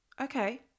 Okay